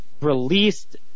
released